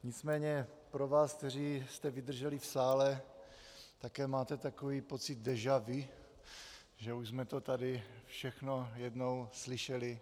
Nicméně pro vás, kteří jste vydrželi v sále také máte takový pocit déja vu, že už jsme to tady všechno jednou slyšeli?